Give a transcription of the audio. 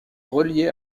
reliés